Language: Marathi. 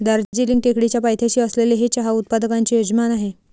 दार्जिलिंग टेकडीच्या पायथ्याशी असलेले हे चहा उत्पादकांचे यजमान आहे